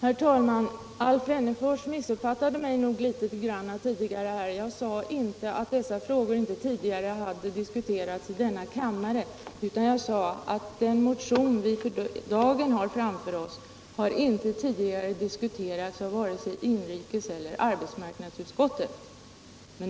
Nr 24 Herr talman! Alf Wennerfors missuppfattade mig nog litet. Jag sade Torsdagen den inte att dessa frågor inte hade diskuterats i denna kammare, utan att 10 november 1977 den motion vi för dagen har framför oss inte tidigare diskuterats av — vare sig inrikeseller arbetsmarknadsutskottet.